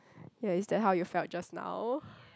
ya it's that how you felt just now